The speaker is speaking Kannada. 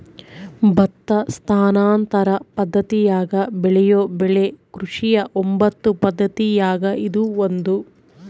ಭತ್ತ ಸ್ಥಾನಾಂತರ ಪದ್ದತಿಯಾಗ ಬೆಳೆಯೋ ಬೆಳೆ ಕೃಷಿಯ ಒಂಬತ್ತು ಪದ್ದತಿಯಾಗ ಇದು ಒಂದು